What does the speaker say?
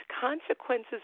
consequences